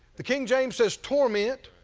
the king james says torment,